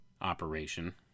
operation